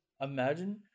Imagine